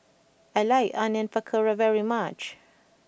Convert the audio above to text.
I like Onion Pakora very much